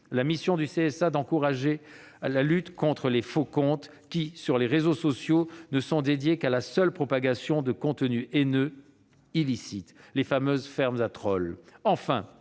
la mission du CSA consistant à encourager la lutte contre les faux comptes qui, sur les réseaux sociaux, ne sont dédiés qu'à la propagation de contenus haineux illicites, les fameuses « fermes à trolls